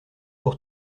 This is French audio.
pour